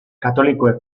katolikoek